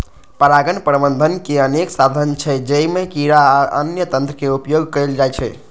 परागण प्रबंधनक अनेक साधन छै, जइमे कीड़ा आ अन्य तंत्र के उपयोग कैल जाइ छै